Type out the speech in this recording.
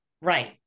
Right